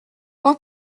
quand